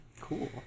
Cool